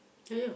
!aiyo!